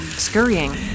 Scurrying